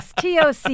TOC